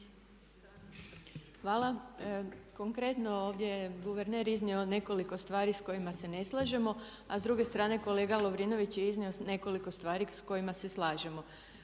Hvala. Konkretno ovdje je guverner iznio nekoliko stvari s kojima se ne slažemo, a s druge strane kolega Lovrinović je iznio nekoliko stvari s kojima se slažemo.